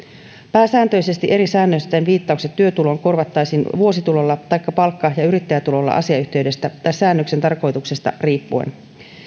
pääsääntöisesti eri säännösten viittaukset työtuloon korvattaisiin vuositulolla taikka palkka ja ja yrittäjätulolla asiayhteydestä tai säännöksen tarkoituksesta riippuen